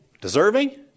deserving